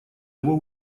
его